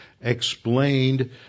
explained